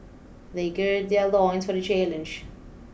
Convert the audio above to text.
they gird their loins for the challenge